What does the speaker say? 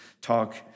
talk